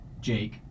Jake